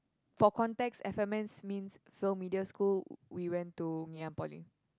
for context F_M_S means film media school we went to Ngee-Ann-Poly